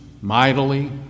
mightily